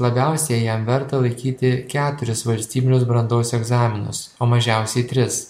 kad labiausiai ją verta laikyti keturis valstybinius brandos egzaminus o mažiausiai tris